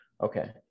okay